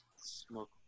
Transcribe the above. smoke